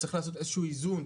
צריך לעשות איזה שהוא איזון.